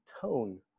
tone